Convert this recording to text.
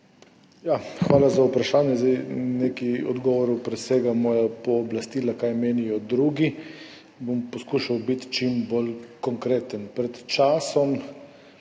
Hvala za vprašanje. Nekaj odgovorov presega moja pooblastila – kaj menijo drugi. Bom poskušal biti čim bolj konkreten. Večkrat